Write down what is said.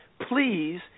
please